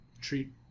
treat